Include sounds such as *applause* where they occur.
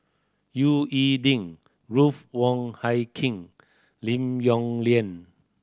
*unintelligible* E Ding Ruth Wong Hie King Lim Yong Liang